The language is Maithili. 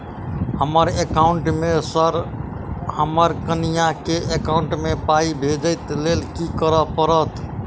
हमरा एकाउंट मे सऽ हम्मर कनिया केँ एकाउंट मै पाई भेजइ लेल की करऽ पड़त?